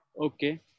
Okay